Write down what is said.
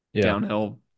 downhill